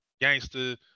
Gangster